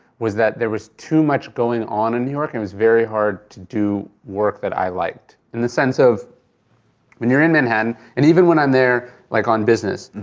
was that there was too much going on in new york and it's very hard to do work that i liked in the sense of when you're in manhattan and even when i'm there like on business,